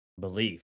belief